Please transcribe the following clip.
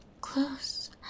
close